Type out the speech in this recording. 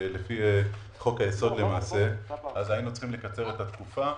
חוק-היסוד היינו צריכים לקצר את התקופה.